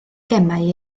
gemau